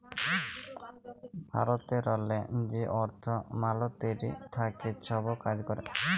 ভারতেরলে যে অর্থ মলতিরি থ্যাকে ছব কাজ ক্যরে